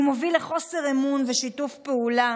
הוא מוביל לחוסר אמון ושיתוף פעולה